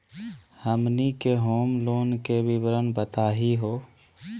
हमनी के home loan के विवरण बताही हो?